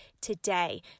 today